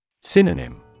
Synonym